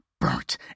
burnt